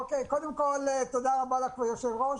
קודם כול, תודה רבה, היושב-ראש.